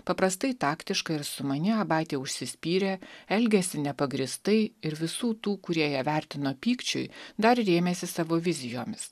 paprastai taktiška ir sumani abatė užsispyrė elgėsi nepagrįstai ir visų tų kurie ją vertino pykčiui dar rėmėsi savo vizijomis